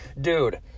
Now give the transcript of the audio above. dude